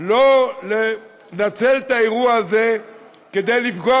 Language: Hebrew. שלא לנצל את האירוע הזה כדי לפגוע